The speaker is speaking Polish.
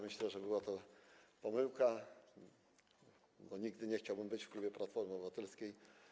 Myślę, że była to pomyłka, bo nigdy nie chciałbym być w klubie Platformy Obywatelskiej.